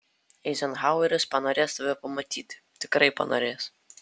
eizenhaueris panorės tave pamatyti tikrai panorės